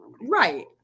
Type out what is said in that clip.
Right